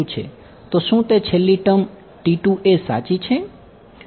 તો શું તે છેલ્લી ટર્મ સાચી છે